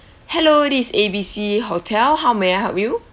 hello this is A_B_C hotel how may I help you